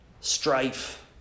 Strife